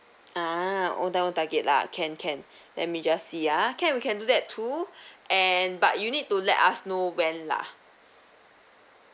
ah own time own target lah can can let me just see uh can we can do that too and but you need to let us know when lah